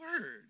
word